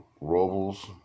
Robles